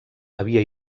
havia